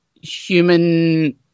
human